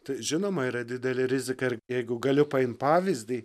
tai žinoma yra didelė rizika ir jeigu galiu paimti pavyzdį